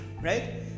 Right